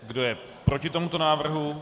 Kdo je proti tomuto návrhu?